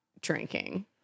drinking